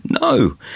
No